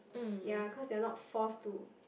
ya cause they are not forced to